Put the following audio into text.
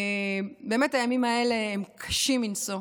באמת הימים האלה הם קשים מנשוא.